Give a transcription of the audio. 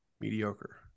mediocre